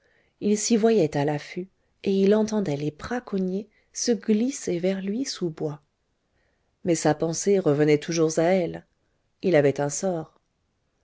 il s'y voyait à l'affût et il entendait les braconniers se glisser vers lui sous bois mais sa pensée revenait toujours à elle il avait un sort